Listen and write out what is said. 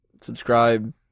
subscribe